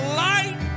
light